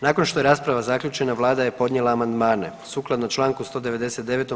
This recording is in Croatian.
Nakon što je rasprava zaključena Vlada je podnijela amandmane, sukladno čl. 199.